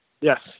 Yes